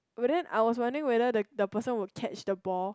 but then I was wondering whether the the person will catch the ball